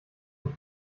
mich